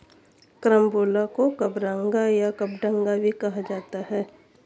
carambola को कबरंगा या कबडंगा भी कहा जाता है